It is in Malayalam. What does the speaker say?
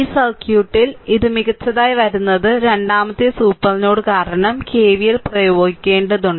ഈ സർക്യൂട്ടിൽ ഇത് മികച്ചതായി വരുന്നത് രണ്ടാമത്തേത് സൂപ്പർ നോഡ് കാരണം KVL പ്രയോഗിക്കേണ്ടതുണ്ട്